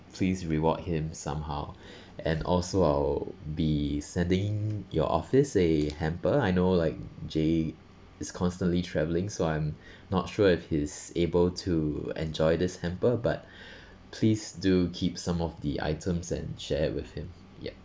please reward him somehow and also I'll be sending your office a hamper I know like jay is constantly travelling so I'm not sure if he's able to enjoy this hamper but please do keep some of the items and share with him yup